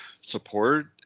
support